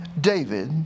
David